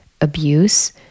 abuse